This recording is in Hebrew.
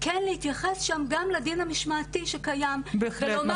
כן להתייחס שם גם לדין המשמעתי שקיים ולומר